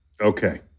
Okay